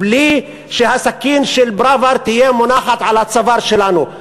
בלי שהסכין של פראוור תהיה מונחת על הצוואר שלנו.